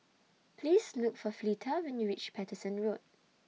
Please Look For Fleeta when YOU REACH Paterson Road